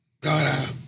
God